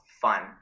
fun